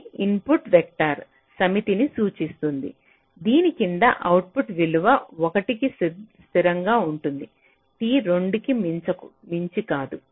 ఇది input vectors సమితిని సూచిస్తుంది దీని కింద అవుట్పుట్ విలువ 1 కు స్థిరంగా ఉంటుంది t 2 కి మించి కాదు